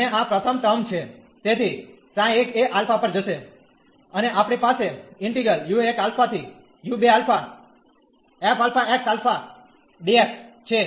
અને આ પ્રથમ ટર્મ છે તેથી ξ 1 એ α પર જશે અને આપણી પાસે છે